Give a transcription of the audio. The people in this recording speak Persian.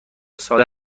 ساده